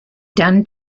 done